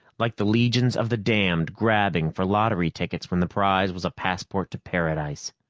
like the legions of the damned grabbing for lottery tickets when the prize was a passport to paradise.